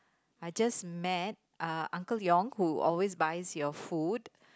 I just met eh Uncle Leong who always buys your food